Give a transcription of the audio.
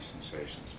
sensations